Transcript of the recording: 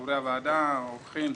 חברי הוועדה, אורחים,